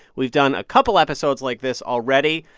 we've done a couple episodes like this already.